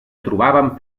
trobaven